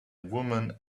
women